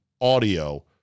audio